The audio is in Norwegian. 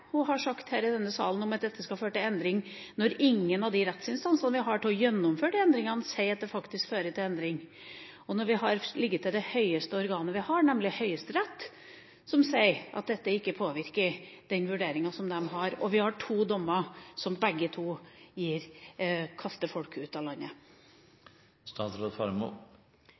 hun har sagt i denne salen om at dette skal føre til endring, når ingen av rettsinstansene vi har til å gjennomføre endringene, sier at det faktisk fører til endring, og når vårt høyeste organ, nemlig Høyesterett, sier at dette ikke påvirker vurderinga de har, og vi har to dommer som begge fører til at folk kastes ut av